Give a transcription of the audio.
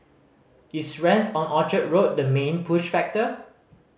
is rent on Orchard Road the main push factor